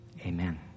amen